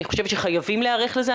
אני חושבת שחייבים להיערך לזה,